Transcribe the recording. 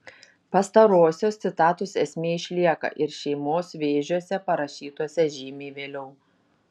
pastarosios citatos esmė išlieka ir šeimos vėžiuose parašytuose žymiai vėliau